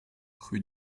rue